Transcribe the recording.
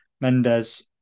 Mendes